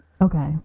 okay